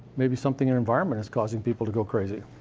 maybe something in environment that's causing people to go crazy.